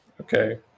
Okay